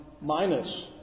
minus